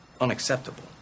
unacceptable